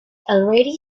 already